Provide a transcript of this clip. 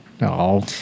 No